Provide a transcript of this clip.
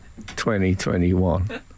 2021